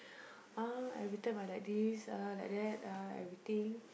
ah every time I like this ah like that ah everything